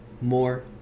more